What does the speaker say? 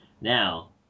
Now